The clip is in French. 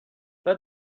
pas